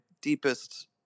deepest